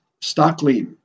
Stockley